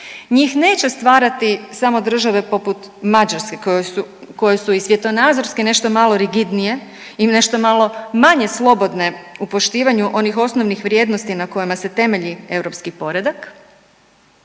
njih neće stvarati samo države poput Mađarske kojoj su, kojoj su i svjetonazorske nešto malo rigidnije i nešto malo manje slobodne u poštivanju onih osnovnih vrijednosti na kojima se temelji europski poredak